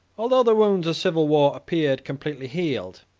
although the wounds of civil war appeared completely healed,